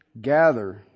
gather